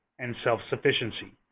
and self-sufficiency.